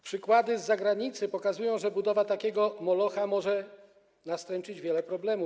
Przykłady z zagranicy pokazują, że budowa takiego molocha może nastręczyć wiele problemów.